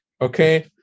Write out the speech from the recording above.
okay